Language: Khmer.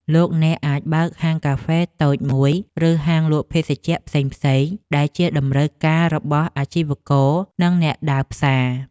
លោកអ្នកអាចបើកហាងកាហ្វេតូចមួយឬហាងលក់ភេសជ្ជៈផ្សេងៗដែលជាតម្រូវការរបស់អាជីវករនិងអ្នកដើរផ្សារ។